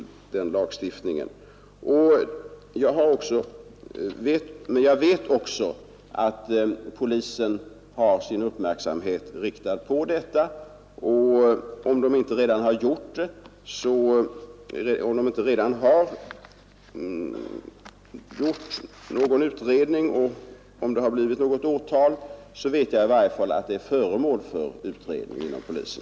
Jag vet också att polisen har sin uppmärksamhet riktad på detta förhållande. Om den inte redan har gjort någon utredning och om det inte har blivit något åtal så är i varje fall frågan föremål för utredning inom polisen.